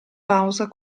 pausa